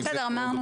בסדר, אמרנו את זה.